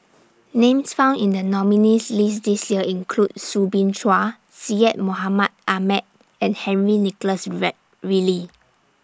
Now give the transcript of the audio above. Names found in The nominees' list This Year include Soo Bin Chua Syed Mohamed Ahmed and Henry Nicholas Ridley